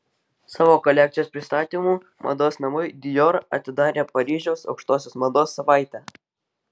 savo kolekcijos pristatymu mados namai dior atidarė paryžiaus aukštosios mados savaitę